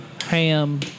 ham